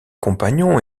compagnon